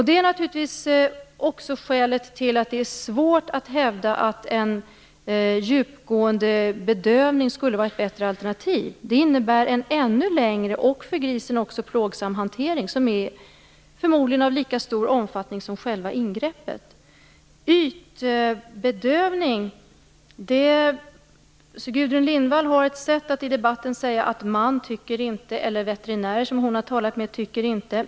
Det är naturligtvis också skälet till att det är svårt att hävda att en djupgående bedövning skulle vara ett bättre alternativ. Det innebär en ännu längre och för grisen också plågsam hantering, som förmodligen är av lika stor omfattning som själva ingreppet. När det gäller ytbedövning har Gudrun Lindvall ett sätt att i debatten säga: "man tycker inte", eller "veterinärer som jag har talat med tycker inte".